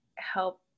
help